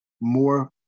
more